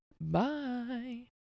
Bye